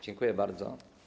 Dziękuję bardzo.